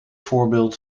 voorbeeld